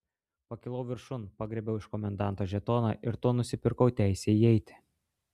pakilau viršun pagriebiau iš komendanto žetoną ir tuo nusipirkau teisę įeiti